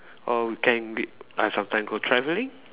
or we can be I sometime go traveling